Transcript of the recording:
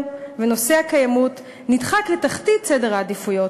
ונושא הקיימות נדחקים לתחתית סדר העדיפויות.